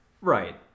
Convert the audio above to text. Right